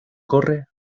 corre